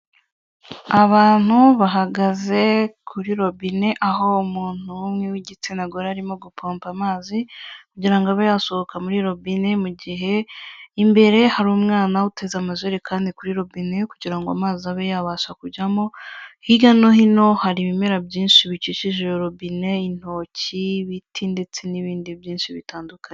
Abantu bahagaze kuri robine aho umuntu umwe w'igitsina gore arimo gupompa amazi kugira ngo abe yasohoka muri robine, mu gihe imbere hari umwana uteze amajerekani kuri robine kugira ngo amazi abe yabasha kujyamo, hirya no hino hari ibimera byinshi bikikije iyo robine, intoki, ibiti ndetse n'ibindi byinshi bitandukanye.